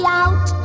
out